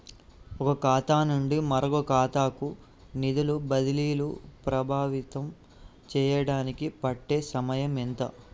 ఒక ఖాతా నుండి మరొక ఖాతా కు నిధులు బదిలీలు ప్రభావితం చేయటానికి పట్టే సమయం ఎంత?